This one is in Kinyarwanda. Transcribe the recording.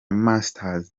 masters